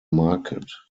market